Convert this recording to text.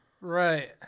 Right